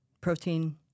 protein